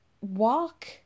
walk